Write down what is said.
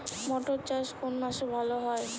মটর চাষ কোন মাসে ভালো হয়?